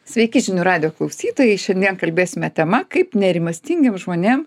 sveiki žinių radijo klausytojai šiandien kalbėsime tema kaip nerimastingiem žmonėm